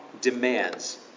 demands